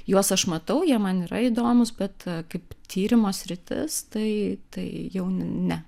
juos aš matau jie man yra įdomūs bet kaip tyrimo sritis tai tai jau ne